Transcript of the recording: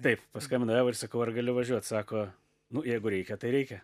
taip paskambinau evai ir sakau ar galiu važiuot sako nu jeigu reikia tai reikia